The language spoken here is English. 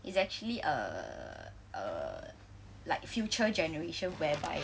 it's actually err err like future generation whereby